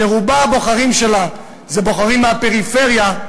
שרוב הבוחרים שלה הם בוחרים מהפריפריה,